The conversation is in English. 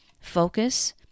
focus